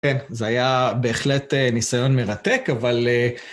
כן, זה היה בהחלט ניסיון מרתק, אבל...